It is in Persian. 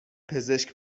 پزشک